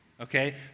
Okay